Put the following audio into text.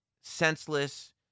senseless